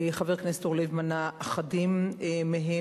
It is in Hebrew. חבר הכנסת אורלב מנה אחדים מהם.